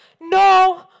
no